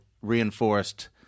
reinforced